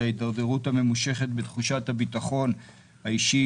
ההידרדרות הממושכת בתחושת הביטחון האישי,